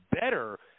better